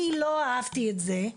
אני לא אהבתי את זה,